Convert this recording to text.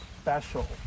special